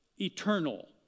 Eternal